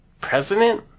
President